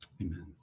Amen